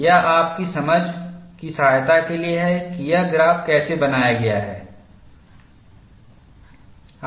यह आपकी समझ की सहायता के लिए है कि यह ग्राफ़ कैसे बनाया गया है